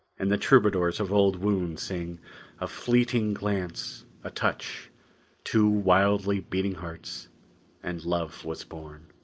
and the troubadours of old would sing a fleeting glance a touch two wildly beating hearts and love was born.